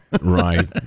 Right